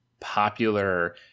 popular